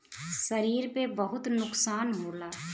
शरीर पे बहुत नुकसान होला